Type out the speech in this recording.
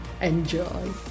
Enjoy